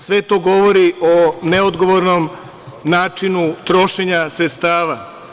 Sve to govori o neodgovornom načinu trošenja sredstava.